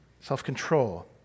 self-control